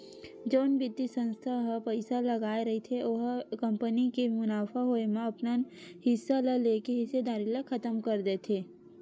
जउन बित्तीय संस्था ह पइसा लगाय रहिथे ओ ह कंपनी के मुनाफा होए म अपन हिस्सा ल लेके हिस्सेदारी ल खतम कर देथे